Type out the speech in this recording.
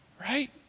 Right